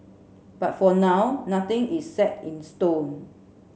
but for now nothing is set in stone